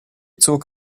zog